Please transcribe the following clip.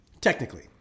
Technically